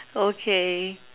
okay